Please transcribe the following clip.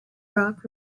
rock